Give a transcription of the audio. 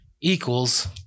equals